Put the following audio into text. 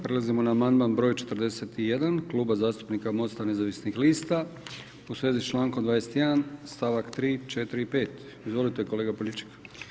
Prelazimo na amandman broj 41 Kluba zastupnika Mosta nezavisnih lista u svezi s člankom 21. stavak 3., 4. i 5. Izvolite kolega Poljičak.